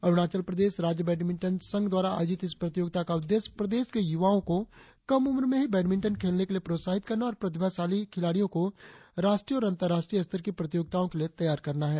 अरुणाचल प्रदेश राज्य बैडमिंटन संघ द्वारा आयोजित इस प्रतियोगिता का उद्देश्य प्रदेश के युवाओं को कम उम्र में ही बैडमिंटन खेलने के लिए प्रोत्साहित करना और प्रतिभाशाली खिलाड़ियों को राष्ट्रीय और अंतर्राष्ट्रीय स्तर की प्रतियोगिताओ के लिए तैयार करना है